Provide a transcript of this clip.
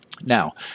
Now